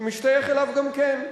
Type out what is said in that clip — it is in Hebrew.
משתייך אליו גם כן.